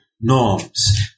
norms